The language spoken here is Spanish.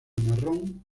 marrón